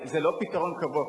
זה לא פתרון קבוע,